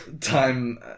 time